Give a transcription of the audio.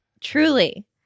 truly